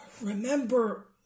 remember